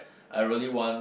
I really want